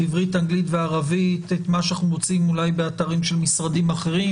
עברית אנגלית וערבית את מה שאנחנו מוצאים אולי באתרים של משרדים אחרים?